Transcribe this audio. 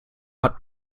hat